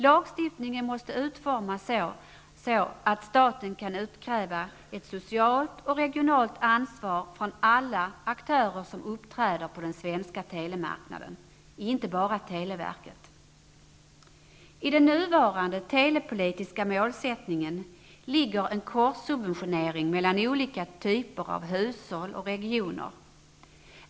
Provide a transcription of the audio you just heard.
Lagstiftningen måste utformas så att staten kan utkräva ett socialt och regionalt ansvar från alla aktörer som uppträder på den svenska telemarknaden, inte bara televerket. I den nuvarande telepolitiska målsättningen ligger en korssubventionering mellan olika typer av hushåll och regioner.